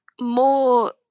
more